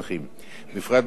בפרט במסמכים מחו"ל,